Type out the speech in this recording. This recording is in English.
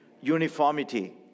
Uniformity